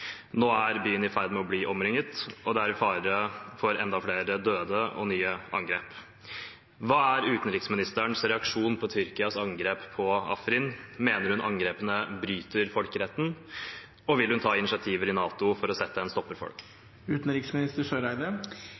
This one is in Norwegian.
Nå er byen i ferd med å bli omringet, og det er fare for enda flere døde og nye angrep. Hva er utenriksministerens reaksjon på Tyrkias angrep på Afrin, mener hun angrepene bryter folkeretten, og vil hun ta initiativer i NATO for å sette en stopper for